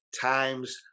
times